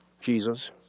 Jesus